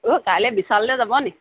অ' কাইলৈ বিশাললৈ যাবনি